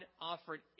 offered